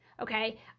okay